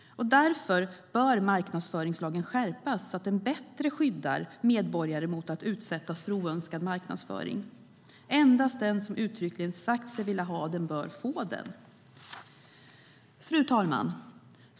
Därför bör marknadsföringslagen skärpas så att den bättre skyddar medborgare mot att utsättas för oönskad marknadsföring. Endast den som uttryckligen har sagt sig vilja ha den bör få den. Fru talman!